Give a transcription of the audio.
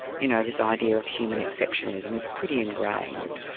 you know, this idea of human exceptionalism is pretty ingrained.